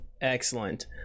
excellent